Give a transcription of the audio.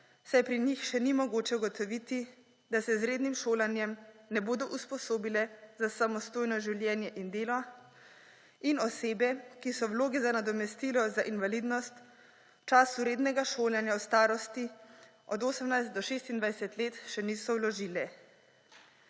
saj pri njih še ni mogoče ugotoviti, da se z rednim šolanjem ne bodo usposobile za samostojno življenje in delo, in osebe, ki vloge za nadomestilo za invalidnost v času rednega šolanja v starosti od 18 do 26 let še niso vložile.